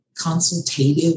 consultative